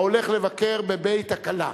ההולך לבקר בבית הכלה.